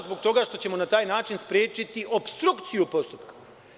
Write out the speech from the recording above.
Zbog toga što ćemo na taj način sprečiti opstrukciju postupka.